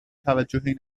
توجهی